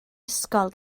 ysgol